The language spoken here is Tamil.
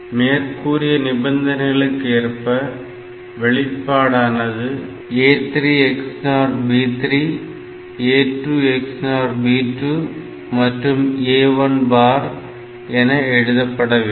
மேற்கூறிய நிபந்தனைகளுக்கு ஏற்ப வெளிப்பாடானது A3 XNOR B3 A2 XNOR B2 மற்றும் A1B1பார் என எழுதப்பட வேண்டும்